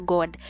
God